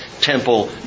temple